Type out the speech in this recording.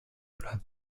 bleiben